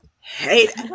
hate